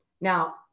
Now